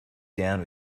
down